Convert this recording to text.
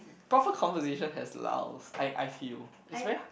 proper conversation has lulls I I feel it's very